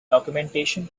documentation